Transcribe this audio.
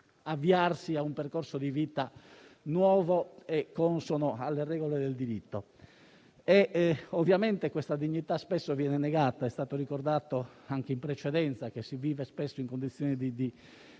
avviarsi verso un percorso di vita nuovo e consono alle regole del diritto. Questa dignità spesso viene negata. È stato ricordato anche in precedenza che si vive spesso in condizioni di